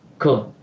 cool!